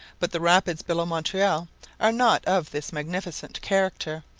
but the rapids below montreal are not of this magnificent character,